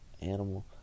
animal